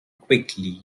quickly